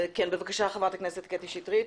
בבקשה, חברת הכנסת קטי שטרית.